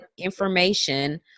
information